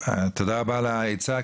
תודה רבה על העצה,